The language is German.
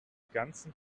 ganzen